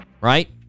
Right